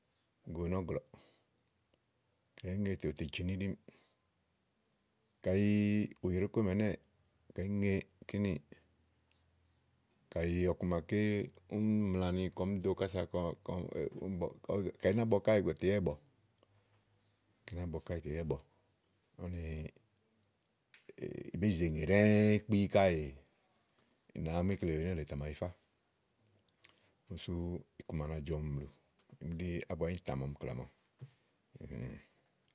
go nɔ́ɔ̀glɔ̀ɔ̀. kayi ìí ŋe ù tè ù tè jèní íɖimiì kayi ùyè ɖòó komì ɛnɛ́ɛ̀ kayi ìí ŋe kíniì. kayi ɔku maké úni mka kɔ̀ɔm do kása kɔm bɔ̀ kayi ná bɔ káèè tè yá ìbɔ, kayi í ná bɔ káèè tè yá ìbɔ úni ì bé zèe ŋè ɖɛ́ɛ́ káèè ì nàá mu ikle wèe nélèe tè à mà yifá. úni sú ikuma na jɔ̀ɔmi blù úni ɖí ábua íìntã màa ɔmi klá màawu.